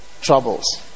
Troubles